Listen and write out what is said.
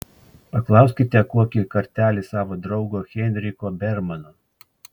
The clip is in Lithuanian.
paklauskite kokį kartelį savo draugo heinricho bermano